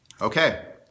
okay